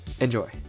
Enjoy